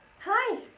Hi